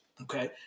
Okay